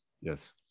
Yes